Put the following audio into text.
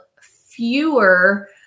fewer